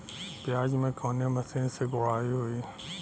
प्याज में कवने मशीन से गुड़ाई होई?